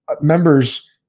members